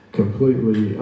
completely